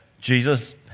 Jesus